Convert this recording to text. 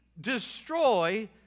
destroy